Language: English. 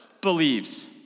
believes